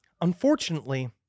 Unfortunately